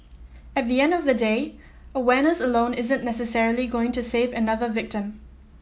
at the end of the day awareness alone isn't necessarily going to save another victim